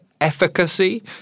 efficacy